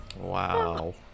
Wow